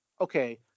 okay